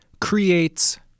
creates